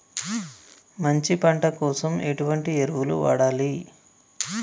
మంచి పంట కోసం ఎటువంటి ఎరువులు వాడాలి?